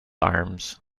arms